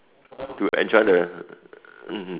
to enjoy the mmhmm